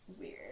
weird